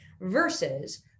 versus